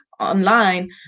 online